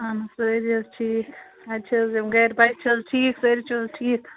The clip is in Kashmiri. اہن حظ سٲری حظ ٹھیٖک اَتہِ چھِ حظ یِم گرِ بچہٕ چھِ حظ ٹھیٖک سٲری چھِ حظ ٹھیٖک